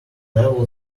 level